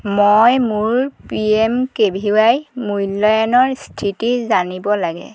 মই মোৰ P M K V Y মূল্যায়নৰ স্থিতি জানিব লাগে